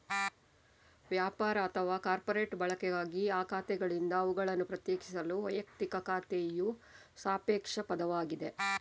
ವ್ಯಾಪಾರ ಅಥವಾ ಕಾರ್ಪೊರೇಟ್ ಬಳಕೆಗಾಗಿ ಆ ಖಾತೆಗಳಿಂದ ಅವುಗಳನ್ನು ಪ್ರತ್ಯೇಕಿಸಲು ವೈಯಕ್ತಿಕ ಖಾತೆಯು ಸಾಪೇಕ್ಷ ಪದವಾಗಿದೆ